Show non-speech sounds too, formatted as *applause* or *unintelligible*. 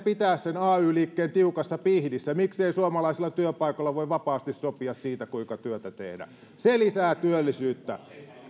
*unintelligible* pitää sen ay liikkeen tiukassa pihdissä miksi ei suomalaisilla työpaikoilla voi vapaasti sopia siitä kuinka työtä tehdään se lisää työllisyyttä